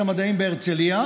האבודים,